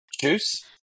juice